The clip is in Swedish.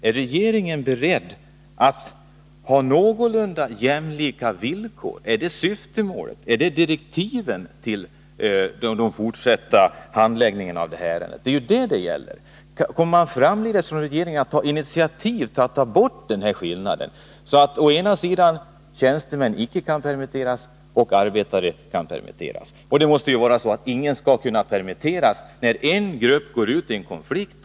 Är regeringen beredd att medverka till någorlunda jämlika villkor — är det syftemålet, är det direktiven till den fortsatta handläggningen av ärendet? Det är ju detta det gäller. Kommer regeringen att ta initiativ till att få bort denna skillnad, att å ena sidan tjänstemän icke kan permitteras medan å andra sidan arbetare kan permitteras? Det måste ju vara så att ingen skall kunna permitteras när en grupp går ut i en konflikt.